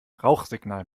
rauchsignal